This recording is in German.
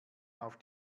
auf